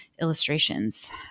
illustrations